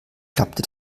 klappte